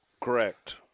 correct